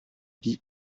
vie